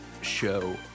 show